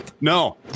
No